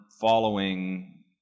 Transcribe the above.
following